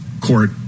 court